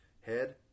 Head